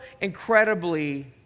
incredibly